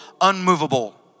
unmovable